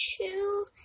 two